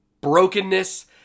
brokenness